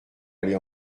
aller